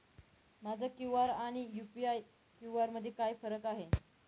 Bharat QR आणि UPI QR मध्ये काय फरक आहे?